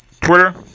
Twitter